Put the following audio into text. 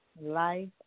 life